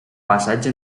passatge